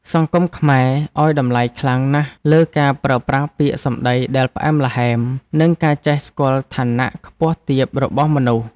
សង្គមខ្មែរឱ្យតម្លៃខ្លាំងណាស់លើការប្រើប្រាស់ពាក្យសម្តីដែលផ្អែមល្ហែម និងការចេះស្គាល់ឋានៈខ្ពស់ទាបរបស់មនុស្ស។